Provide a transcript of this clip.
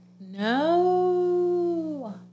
No